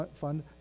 fund